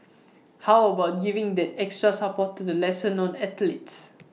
how about giving that extra support to the lesser known athletes